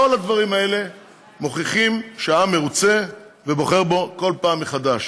כל הדברים האלה מוכיחים שהעם מרוצה ובוחר בו כל פעם מחדש.